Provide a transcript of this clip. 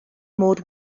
mod